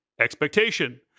expectation